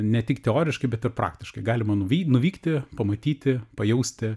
ne tik teoriškai bet ir praktiškai galima nuvy nuvykti pamatyti pajausti